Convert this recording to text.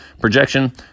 Projection